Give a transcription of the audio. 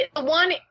one